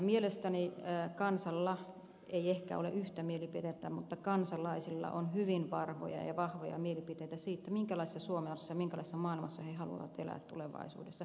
mielestäni kansalla ei ehkä ole yhtä mielipidettä mutta kansalaisilla on hyvin varmoja ja vahvoja mielipiteitä siitä minkälaisessa suomessa minkälaisessa maailmassa he haluavat elää tulevaisuudessa